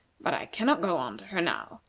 but i cannot go on to her now.